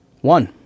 One